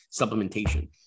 supplementation